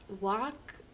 walk